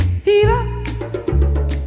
Fever